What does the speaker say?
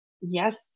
yes